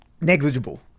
negligible